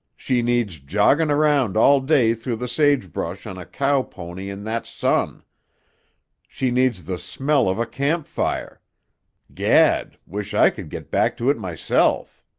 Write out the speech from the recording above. she needs joggin' around all day through the sagebrush on a cow-pony in that sun she needs the smell of a camp-fire gad! wish i could get back to it myself.